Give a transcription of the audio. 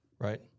right